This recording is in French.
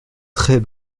très